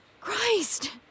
Christ